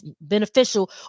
beneficial